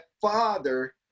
father